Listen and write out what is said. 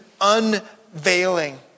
unveiling